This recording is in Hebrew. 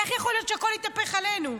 איך יכול להיות שהכול התהפך עלינו?